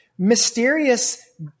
Mysterious